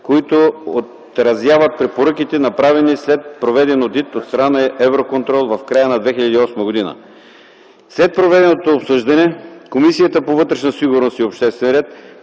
които отразяват препоръките, направени при проведен одит, от страна на Евроконтрол в края на 2008 г. След проведеното обсъждане Комисията по вътрешна сигурност и обществен ред